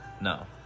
No